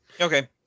Okay